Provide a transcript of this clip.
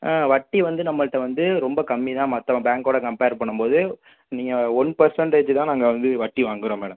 வட்டி வந்து நம்மள்கிட்ட வந்து ரொம்ப கம்மிதான் மற்ற பேங்க்கோட கம்பேர் பண்ணும்போது நீங்கள் ஒன் பர்சென்டேஜ் தான் நாங்கள் வந்து வட்டி வாங்கறோம் மேடம்